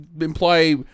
imply